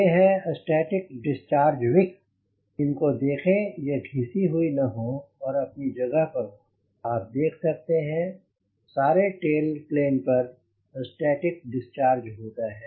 ये हैं static discharge wicks इनको देखें ये घिसी हुई न हों अपनी जगह पर हों आप देख सकते हैं सारे टेल प्लेन पर स्टैटिक डिस्चार्ज होता है